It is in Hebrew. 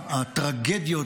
הטרגדיות,